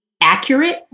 accurate